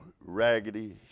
raggedy